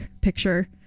picture